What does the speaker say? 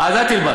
אז אל תלמד.